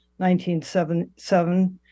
1977